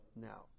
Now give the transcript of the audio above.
Now